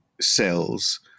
cells